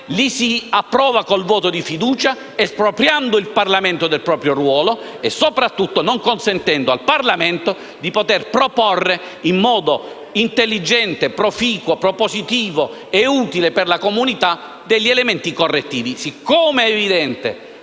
li si approva con il voto di fiducia, espropriando il Parlamento del proprio ruolo e soprattutto non consentendo al Parlamento di poter proporre, in modo intelligente, proficuo, propositivo e utile per la comunità, degli elementi correttivi. Siccome è evidente